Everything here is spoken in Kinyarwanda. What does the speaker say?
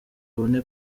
abone